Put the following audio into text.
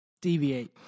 deviate